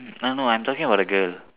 uh no I'm talking about the girl